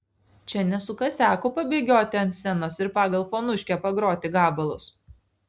čia ne su kasiaku pabėgioti ant scenos ir pagal fonuškę pagroti gabalus